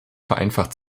vereinfacht